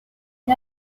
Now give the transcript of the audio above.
gli